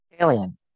Alien